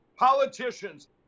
Politicians